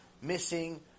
missing